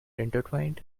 intertwined